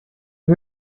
was